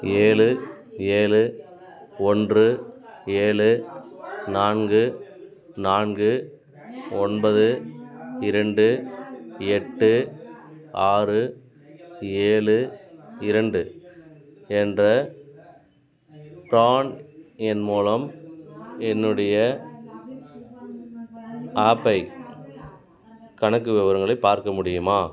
ஏழு ஏழு ஒன்று ஏழு நான்கு நான்கு ஒன்பது இரண்டு எட்டு ஆறு ஏழு இரண்டு என்ற ப்ரான் எண் மூலம் என்னுடைய ஆப்பை கணக்கு விவரங்களை பார்க்க முடியுமா